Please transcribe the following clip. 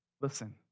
Listen